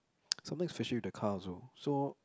something's fishy with the car also so